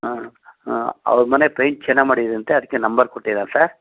ಹಾಂ ಹಾಂ ಅವ್ರ ಮನೆ ಪೇಂಯ್ಟ್ ಚೆನ್ನಾಗಿ ಮಾಡಿದ್ದೀರಂತೆ ಅದಕ್ಕೆ ನಂಬರ್ ಕೊಟ್ಟಿದಾನೆ ಸರ್